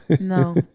No